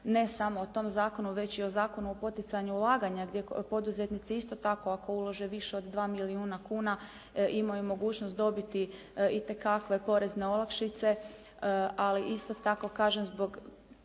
ne samo o tom zakonu već i o Zakonu o poticanju ulaganja gdje poduzetnici isto tako ako ulože više od 2 milijuna kuna, imaju mogućnost dobiti itekakve porezne olakšice, ali isto tako kažem zbog